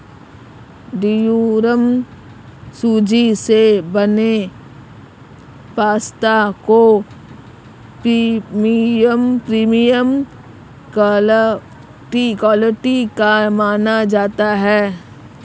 durum सूजी से बने पास्ता को प्रीमियम क्वालिटी का माना जाता है